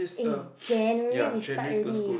eh January we start already